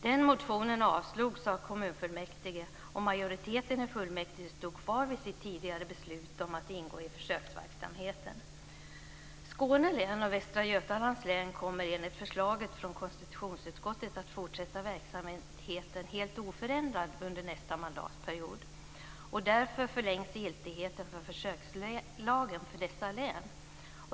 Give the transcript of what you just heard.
Den motionen avslogs av kommunfullmäktige, och majoriteten i fullmäktige stod kvar vid sitt tidigare beslut om att ingå i försöksverksamheten. Skåne län och Västra Götalands län kommer enligt förslaget från konstitutionsutskottet att fortsätta verksamheten helt oförändrad under nästa mandatperiod. Därför förlängs giltigheten för försökslagen för dessa län.